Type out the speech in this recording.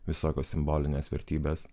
visokios simbolinės vertybės